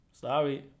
sorry